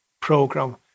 program